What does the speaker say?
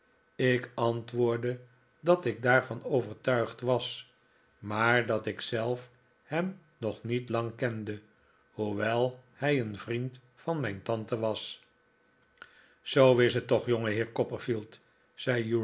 ik antwoordde dat ik daarvan overtuigd was maar dat ik zelf hem nog niet lang kende hoewel hij een vriend van mijn tante was zoo is het toch